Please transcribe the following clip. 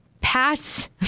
pass